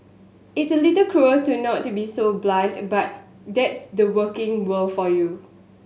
it's a little cruel to not to be so blunt but that's the working world for you